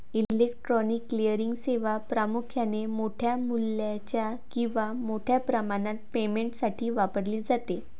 electronic clearing सेवा प्रामुख्याने मोठ्या मूल्याच्या किंवा मोठ्या प्रमाणात पेमेंटसाठी वापरली जाते